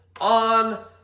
on